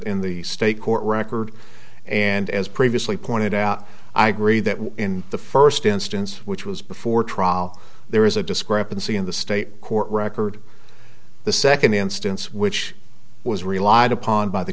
in the state court record and as previously pointed out i agree that in the first instance which was before trial there is a discrepancy in the state court record the second instance which was relied upon by the